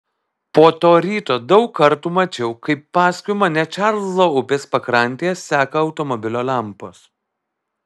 po to ryto daug kartų mačiau kaip paskui mane čarlzo upės pakrantėje seka automobilio lempos